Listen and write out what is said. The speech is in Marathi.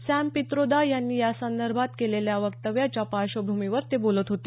सॅम पित्रोदा यांनी यासंदर्भात केलेल्या वक्तव्याच्या पार्श्वभूमीवर ते बोलत होते